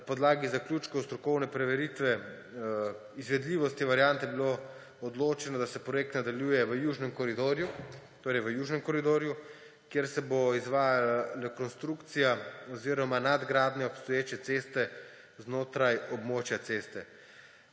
Na podlagi zaključkov strokovne preveritve izvedljivosti variant je bilo odločeno, da se projekt nadaljuje v južnem koridorju, torej v južnem koridorju, kjer se bo izvajala rekonstrukcija oziroma nadgradnja obstoječe ceste znotraj območja ceste.